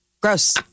gross